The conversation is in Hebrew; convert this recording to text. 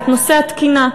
את נושא התקינה.